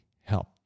help